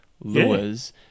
lures